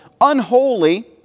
unholy